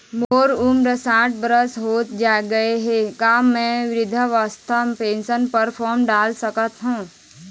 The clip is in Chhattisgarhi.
मोर उमर साठ बछर होथे गए हे का म वृद्धावस्था पेंशन पर फार्म डाल सकत हंव?